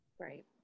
Right